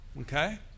Okay